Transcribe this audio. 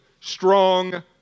strong